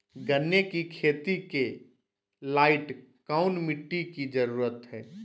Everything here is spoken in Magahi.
गन्ने की खेती के लाइट कौन मिट्टी की जरूरत है?